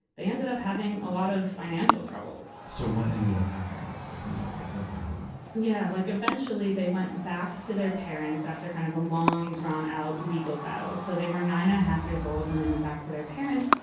they ended up having a lot of financial troubles so what ended up happening with the quintuplets as they grew up? yeah like eventually, they went back to their parents after kind of a long drawn out legal battle, so they were nine-and-a-half years old when they went back to their parents.